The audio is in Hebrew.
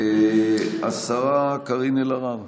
השרה קארין אלהרר.